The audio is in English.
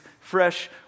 fresh